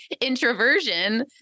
introversion